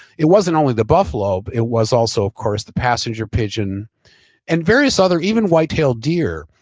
it wasn't only the buffalo, but it was also of course the passenger pigeon and various other, even white tail deer,